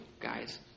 guys